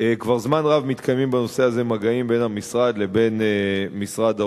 כבר זמן רב מתקיימים בנושא הזה מגעים בין המשרד לבין משרד האוצר.